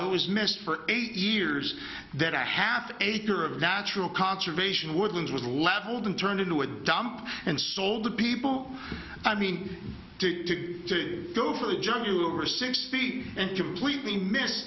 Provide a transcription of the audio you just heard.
it was missed for eight years that a half acre of natural conservation woodlands was leveled and turned into a dump and sold to people i mean to go for a job you were sixteen and completely miss